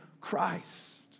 Christ